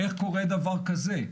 איך קורה דבר כזה?